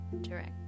direct